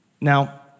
Now